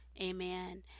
amen